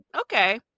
Okay